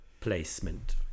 placement